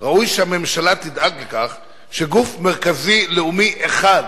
"ראוי שהממשלה תדאג לכך שגוף מרכזי לאומי אחד